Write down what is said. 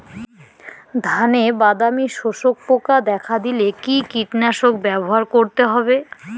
ধানে বাদামি শোষক পোকা দেখা দিলে কি কীটনাশক ব্যবহার করতে হবে?